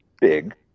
big